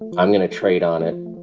i'm going to trade on and